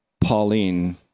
Pauline